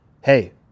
hey